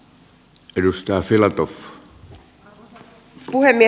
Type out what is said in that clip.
arvoisa puhemies